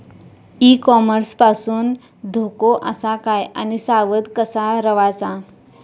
E commerce पासून धोको आसा काय आणि सावध कसा रवाचा?